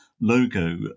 logo